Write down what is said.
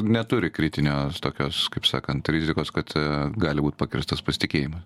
neturi kritinės tokios kaip sakant rizikos kad gali būt pakirstas pasitikėjimas